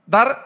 Dar